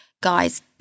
Guys